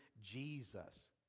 jesus